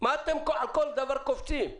למה על כל דבר אתם קופצים?